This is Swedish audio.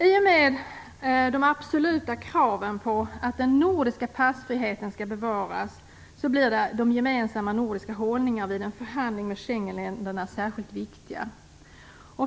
I och med de absoluta kraven på att den nordiska passfriheten skall bevaras blir de gemensamma nordiska hållningarna vid en förhandling med Schengenländerna särskilt viktiga.